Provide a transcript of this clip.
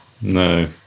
No